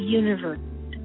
universe